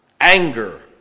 anger